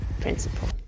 principle